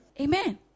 Amen